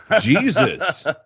Jesus